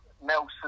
Nelson